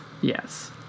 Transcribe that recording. Yes